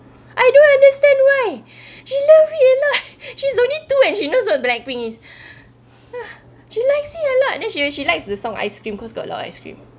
I don't understand why she love it and like she's only two eh she knows what blackpink is ah she likes it then like she she likes the song ice cream cause got a lot of ice cream